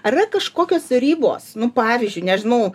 ar yra kažkokios ribos nu pavyzdžiui nežinau